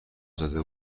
زده